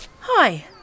Hi